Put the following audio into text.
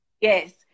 Yes